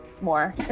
more